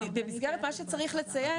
מה שצריך לציין,